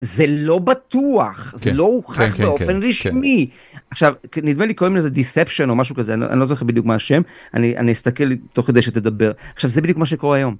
זה לא בטוח זה לא הוכח באופן רשמי עכשיו נדמה לי קוראים לזה deception או משהו כזה אני לא זוכר בדיוק מה השם אני אני אסתכל תוך כדי שתדבר עכשיו זה בדיוק מה שקורה היום.